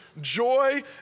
joy